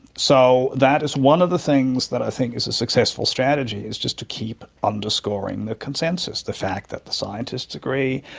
so that is one of the things that i think is a successful strategy, is just to keep underscoring the consensus, the fact that the scientists agree,